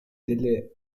delle